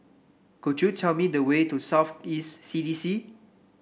could you tell me the way to South East C D C